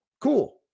cool